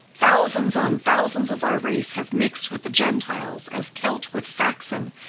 thousands on thousands of our race have mixed with the gentiles as celt with saxon,